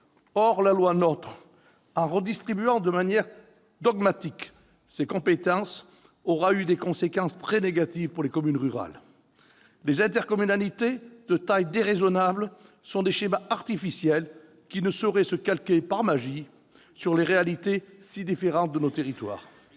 Or la loi NOTRe, en redistribuant ces compétences de manière dogmatique, aura eu des conséquences très négatives pour les communes rurales. Les intercommunalités de taille déraisonnable sont des schémas artificiels qui ne sauraient se calquer par magie sur les réalités si différentes de nos territoires.